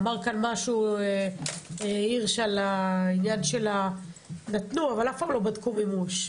אמר כאן הירש, נתנו אבל אף פעם לא בדקו מימוש.